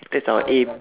that's our aim